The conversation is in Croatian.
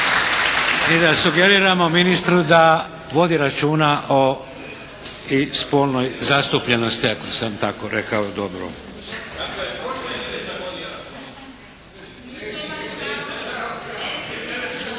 i da sugeriramo ministru da vodi računa o i spolnoj zastupljenosti ako sam tako rekao dobro. … /Upadica se ne čuje./